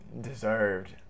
deserved